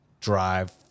drive